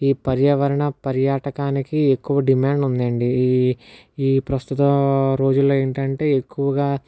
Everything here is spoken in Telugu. ఈ పర్యావరణ పర్యాటకానికి ఎక్కువ డిమాండ్ ఉంది అండి ఈ ఈ ప్రస్తుత రోజుల్లో ఏంటి అంటే ఎక్కువగా